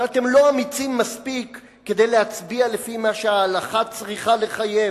אבל אתם לא אמיצים מספיק כדי להצביע לפי מה שההלכה צריכה לחייב,